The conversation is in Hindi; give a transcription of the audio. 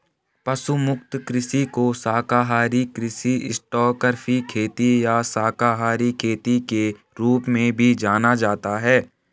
पशु मुक्त कृषि को शाकाहारी कृषि स्टॉकफ्री खेती या शाकाहारी खेती के रूप में भी जाना जाता है